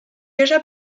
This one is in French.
déjà